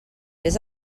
vés